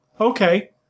okay